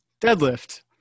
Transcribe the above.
deadlift